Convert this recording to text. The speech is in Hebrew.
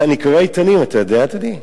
אני קורא עיתונים, אתה יודע, אדוני?